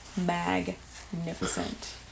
magnificent